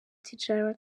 tidjara